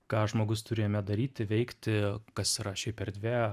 ką žmogus turi jame daryti veikti kas yra šiaip erdvė